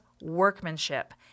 workmanship